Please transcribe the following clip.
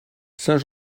saint